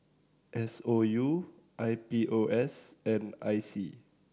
S O U I P O S and I C